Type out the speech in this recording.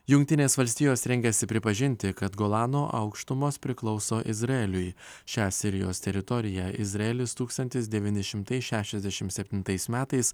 jungtinės valstijos rengiasi pripažinti kad golano aukštumos priklauso izraeliui šią sirijos teritoriją izraelis tūkstantis devyni šimtai šešiasdešim septintais metais